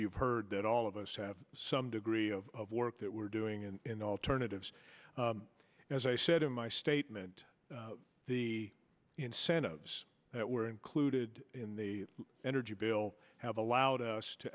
you've heard that all of us have some degree of work that we're doing in alternatives as i said in my statement the incentives that were included in the energy bill have allowed us to